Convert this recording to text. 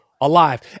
alive